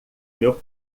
meu